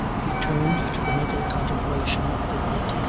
he turned to the mental contemplation of the white,